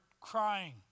crying